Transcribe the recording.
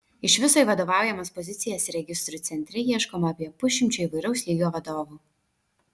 iš viso į vadovaujamas pozicijas registrų centre ieškoma apie pusšimčio įvairaus lygio vadovų